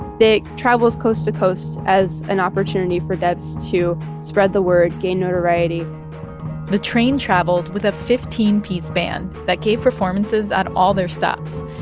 travels coast to coast as an opportunity for debs to spread the word, gain notoriety the train traveled with a fifteen piece band that gave performances at all their stops.